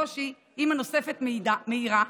שושי, אימא נוספת, מעירה: